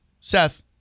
Seth